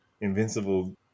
Invincible